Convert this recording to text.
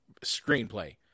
screenplay